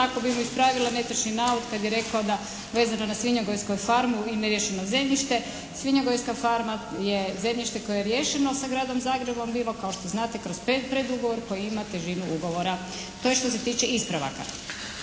tako bih mu ispravila netočni navod kad je rekao da vezano na svinjogojsku farmu i neriješeno zemljište, svinjogojska farma je zemljište koje je riješeno sa gradom Zagrebom bilo, kao što znate kroz predugovor koji ima težinu ugovora. To je što se tiče ispravaka.